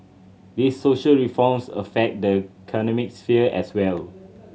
these social reforms affect the economic sphere as well